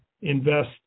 invest